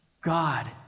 God